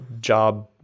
job